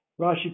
Rashi